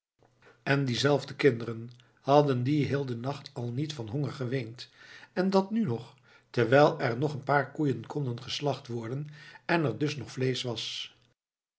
en diezelfde kinderen hadden die heel den dag al niet van honger geweend en dat n nog terwijl er nog een paar koeien konden geslacht worden en er dus nog vleesch was